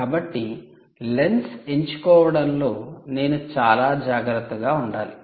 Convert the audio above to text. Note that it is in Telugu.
కాబట్టి లెన్స్ ఎంచుకోవడంలో నేను చాలా జాగ్రత్తగా ఉండాలి